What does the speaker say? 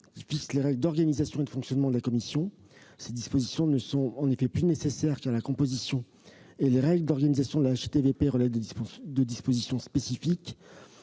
qui fixe les règles d'organisation et de fonctionnement de la commission- ces dispositions ne sont plus nécessaires, car la composition et les règles d'organisation de la HATVP relèvent de dispositions spécifiques.